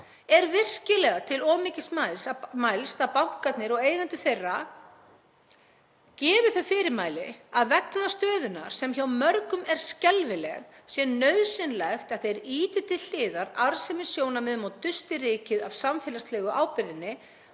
Er virkilega til of mikils mælst að bankarnir og eigendur þeirra gefi þau fyrirmæli að vegna stöðunnar, sem hjá mörgum er skelfileg, sé nauðsynlegt að þeir ýti til hliðar arðsemissjónarmiðum og dusti rykið af samfélagslegu ábyrgðinni